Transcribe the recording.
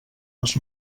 les